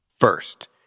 First